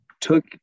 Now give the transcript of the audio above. Took